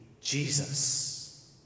Jesus